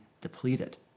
depleted